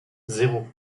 zéro